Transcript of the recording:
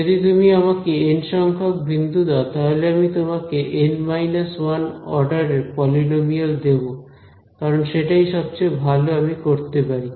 যদি তুমি আমাকে এন সংখ্যক বিন্দু দাও তাহলে আমি তোমাকে N 1 অর্ডারের পলিনোমিয়াল দেব কারণ সেটাই সবচেয়ে ভালো আমি করতে পারি